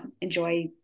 enjoy